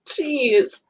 Jeez